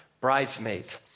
bridesmaids